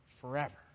forever